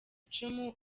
icumu